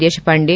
Deshpande